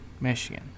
michigan